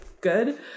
good